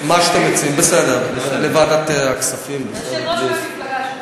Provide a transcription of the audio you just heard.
ועדת הכספים, ועדת הכספים.